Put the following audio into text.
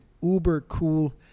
uber-cool